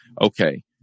okay